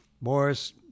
Morris